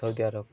Saudi Arab